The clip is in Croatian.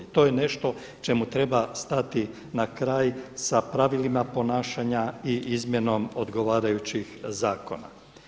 To je nešto čemu treba stati na kraj sa pravilima ponašanja i izmjenom odgovarajućih zakona.